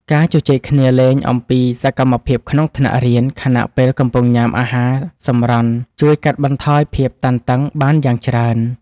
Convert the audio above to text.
ការជជែកគ្នាលេងអំពីសកម្មភាពក្នុងថ្នាក់រៀនខណៈពេលកំពុងញ៉ាំអាហារសម្រន់ជួយកាត់បន្ថយភាពតានតឹងបានយ៉ាងច្រើន។